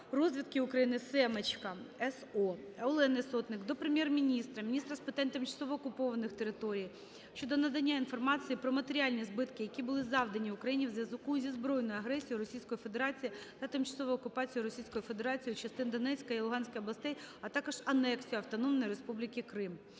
розвідки України Семочка С.О. Олени Сотник до Прем'єр-міністра, міністра з питань тимчасово окупованих територій щодо надання інформації про матеріальні збитки, які були завдані Україні у зв'язку зі збройною агресією Російської Федерації та тимчасовою окупацією Російською Федерацією частин Донецької та Луганської областей, а також анексією Автономної Республіки Крим.